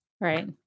Right